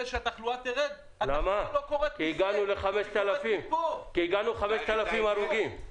שהתחלואה תרד --- כי הגענו ל-5,000 הרוגים.